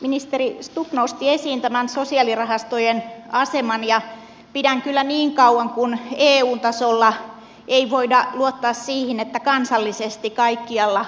ministeri stubb nosti esiin tämän sosiaalirahastojen aseman ja niin kauan kuin eu tasolla ei voida luottaa siihen että kansallisesti kaikkialla